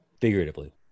figuratively